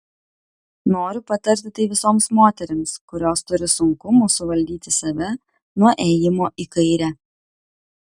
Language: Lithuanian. noriu patarti tai visoms moterims kurios turi sunkumų suvaldyti save nuo ėjimo į kairę